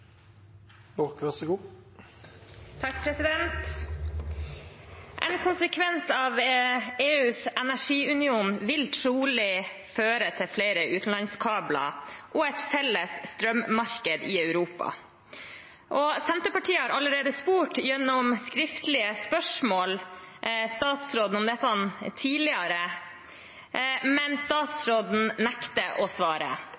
En konsekvens av EUs energiunion vil trolig føre til flere utenlandskabler og et felles strømmarked i Europa. Senterpartiet har allerede spurt statsråden i skriftlige spørsmål om dette tidligere, men statsråden nekter å svare.